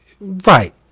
Right